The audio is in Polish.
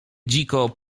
dziko